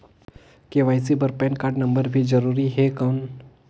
KYC बर PAN card number भी जरूरी हे कौन?